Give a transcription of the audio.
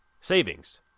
savings